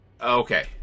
Okay